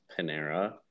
Panera